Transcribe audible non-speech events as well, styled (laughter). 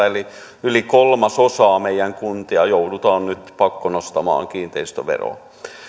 (unintelligible) eli yli kolmasosassa meidän kuntia joudutaan nyt pakkonostamaan kiinteistöveroa